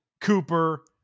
Cooper